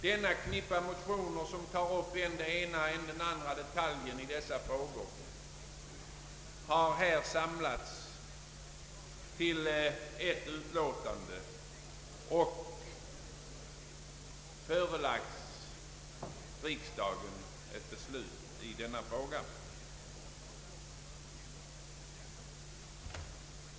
Denna knippa motioner, som tar upp än den ena än den andra detaljen i dessa frågor, har här samlats till ett utlåtande som har förelagts riksdagen för beslut.